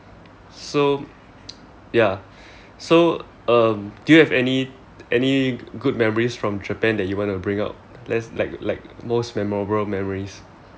so ya so um do you have any any good memories from japan that you want to bring out let's like like most memorable memories